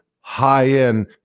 high-end